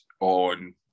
on